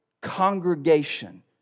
congregation